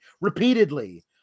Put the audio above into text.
repeatedly